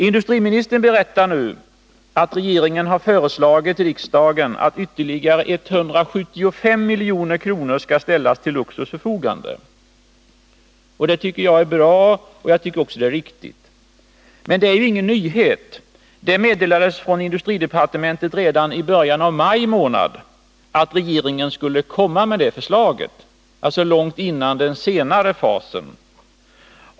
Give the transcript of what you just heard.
Industriministern berättar nu att regeringen har föreslagit riksdagen att ytterligare 175 milj.kr. skall ställas till Luxors förfogande. Det tycker jag är bra och riktigt. Men det är ju ingen nyhet. Det meddelades från industridepartementet redan i början av maj månad att regeringen skulle komma med det förslaget — dvs. långt innan den senare fasen.